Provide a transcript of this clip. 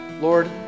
Lord